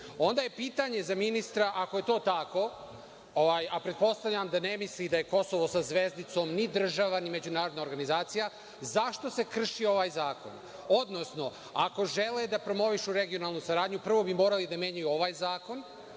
Onda je pitanje za ministra, ako je to tako, a pretpostavljam da ne misli da je Kosovo sa zvezdicom ni država ni međunarodna organizacija, zašto se krši ovaj zakon, odnosno ako žele da promovišu regionalnu saradnju prvo bi morali da menjaju ovaj zakon,